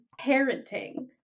parenting